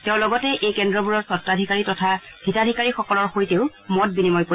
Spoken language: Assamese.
তেওঁ লগতে এই কেন্দ্ৰবোৰৰ স্বতাধিকাৰী তথা হিতাধিকাৰীসকলৰ সৈতে মত বিনিময় কৰিব